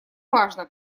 важно